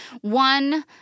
One